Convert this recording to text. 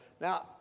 Now